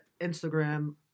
Instagram